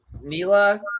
Mila